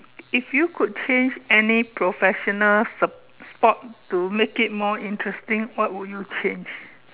if you could change any professional s~ sport to make it more interesting what would you change